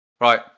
Right